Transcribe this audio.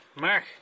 Mark